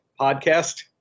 podcast